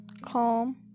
calm